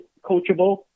coachable